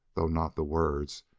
though not the words,